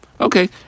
okay